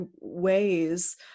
ways